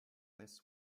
less